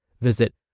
Visit